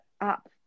up